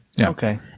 Okay